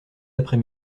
après